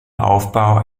aufbau